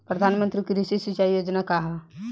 प्रधानमंत्री कृषि सिंचाई योजना का ह?